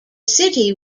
city